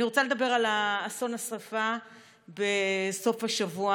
אני רוצה לדבר על אסון השרפה בסוף השבוע